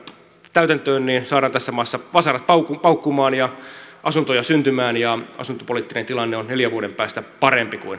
täytäntöön saadaan tässä maassa vasarat paukkuman paukkuman ja asuntoja syntymään ja asuntopoliittinen tilanne on neljän vuoden päästä parempi kuin